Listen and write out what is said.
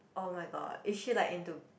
[oh]-my-god is she like into